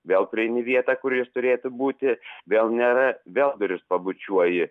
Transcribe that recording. vėl prieini vietą kur jis turėtų būti vėl nėra vėl duris pabučiuoji